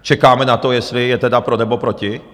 Čekáme na to, jestli je tedy pro, nebo proti.